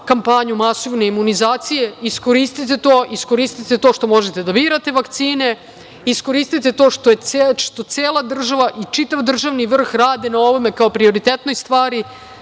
kampanju masovne imunizacije. Iskoristite to. Iskoristite to što možete da birate vakcine. Iskoristite to što cela država i čitav državni vrh rade na ovome kao prioritetnoj stvari.